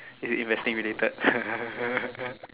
is it investing related